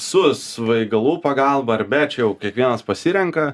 su svaigalų pagalba ar be čia jau kiekvienas pasirenka